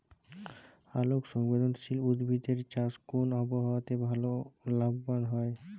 আলোক সংবেদশীল উদ্ভিদ এর চাষ কোন আবহাওয়াতে ভাল লাভবান হয়?